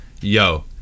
Yo